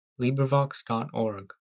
LibriVox.org